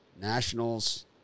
Nationals